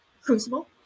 Crucible